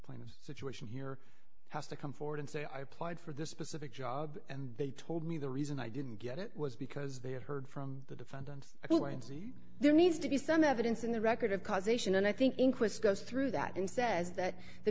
plaintiff situation here has to come forward and say i applied for this specific job and they told me the reason i didn't get it was because they had heard from the defendants wednesday there needs to be some evidence in the record of causation and i think in quits goes through that and says that the